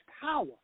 power